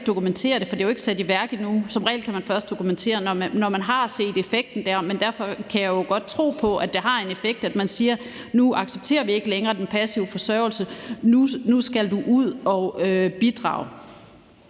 dokumentere det, for det er jo ikke sat i værk nu. Som regel kan man først dokumentere noget, når man har set effekten af det, men derfor kan jeg jo godt tro på, at det har en effekt, at man siger: Nu accepterer vi ikke længere, at du er på passiv forsørgelse; nu skal du ud at bidrage.